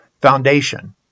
foundation